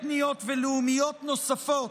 אתניות ולאומיות נוספות,